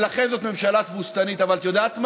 ולכן זאת ממשלה תבוסתנית, אבל את יודעת מה?